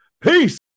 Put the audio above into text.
peace